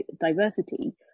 diversity